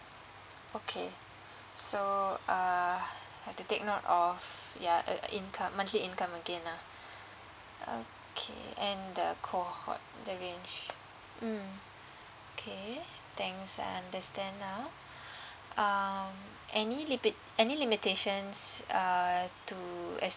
okay so err have to take note of ya uh income monthly income again lah okay and the cohort the range mm okay thanks I understand now um any limit~ any limitations uh to as